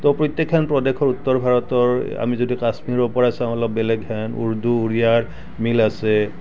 তো প্ৰত্যেকখন প্ৰদেশৰ উত্তৰ ভাৰতৰ আমি যদি কাশ্মীৰৰ পৰা চাওঁ অলপ বেলেগ হেন উৰ্দু উৰিয়াৰ মিল আছে